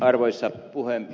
arvoisa puhemies